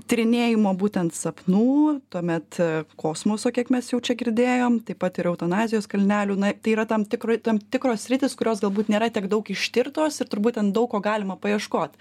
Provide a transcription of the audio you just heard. tyrinėjimo būtent sapnų tuomet kosmoso kiek mes jau čia girdėjom taip pat ir eutanazijos kalnelių na tai yra tam tikri tam tikros sritys kurios galbūt nėra tiek daug ištirtos ir turbūt ten daug ko galima paieškot